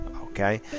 okay